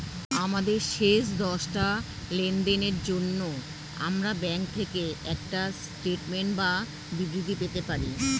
আমাদের শেষ দশটা লেনদেনের জন্য আমরা ব্যাংক থেকে একটা স্টেটমেন্ট বা বিবৃতি পেতে পারি